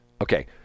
Okay